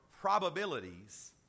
probabilities